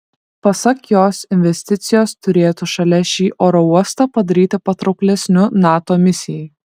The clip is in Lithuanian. pasak jos investicijos turėtų šalia šį oro uostą padaryti patrauklesniu nato misijai